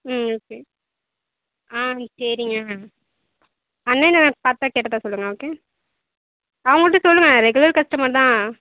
ம் ஓகே ஆ சரிங்க அண்ணனை பார்த்தா கேட்டதாக சொல்லுங்க ஓகே அவங்ககிட்ட சொல்லுங்க ரெகுலர் கஸ்ட்டமர் தான்